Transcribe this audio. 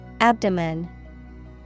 Abdomen